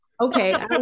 okay